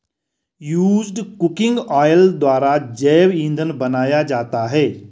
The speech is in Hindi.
यूज्ड कुकिंग ऑयल द्वारा जैव इंधन बनाया जाता है